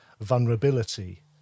vulnerability